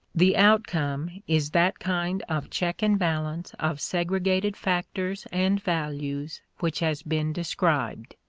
the outcome is that kind of check and balance of segregated factors and values which has been described.